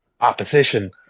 opposition